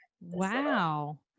Wow